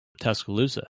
Tuscaloosa